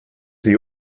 the